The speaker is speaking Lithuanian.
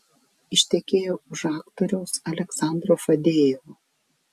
ištekėjo už aktoriaus aleksandro fadejevo